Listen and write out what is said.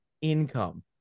income